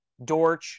Dorch